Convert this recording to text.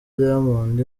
diamond